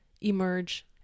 emerge